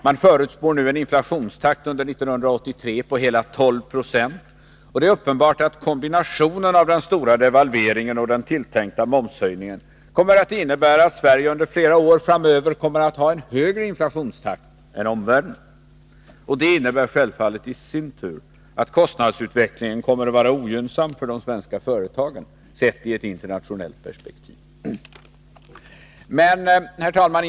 Man förutspår nu en inflationstakt under 1983 på 12 20, och det är uppenbart att kombinationen av den stora devalveringen och den tilltänkta momshöjningen kommer att innebära att Sverige under flera år framöver kommer att ha en högre inflationstakt än omvärlden. Det innebär självfallet i sin tur att kostnadsutvecklingen kommer att vara ogynnsam för de svenska företagen, sett i ett internationellt perspektiv. Herr talman!